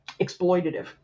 exploitative